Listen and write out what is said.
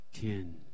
ten